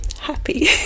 happy